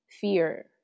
fear